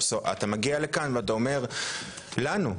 ואתה מגיע לכאן ואומר לנו,